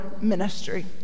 ministry